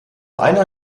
einer